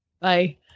Bye